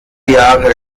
jahre